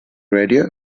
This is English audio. radio